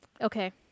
Okay